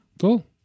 Cool